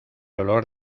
olor